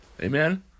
Amen